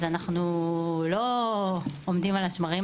אז אנחנו לא עומדים על השמרים,